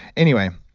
anyway,